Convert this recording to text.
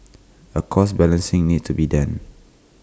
A cost balancing needs to be done